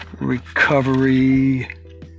recovery